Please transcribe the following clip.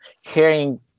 hearing